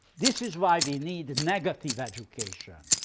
this is why we need negative education.